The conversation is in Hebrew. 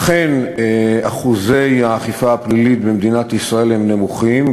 אכן אחוזי האכיפה הפלילית במדינת ישראל הם נמוכים.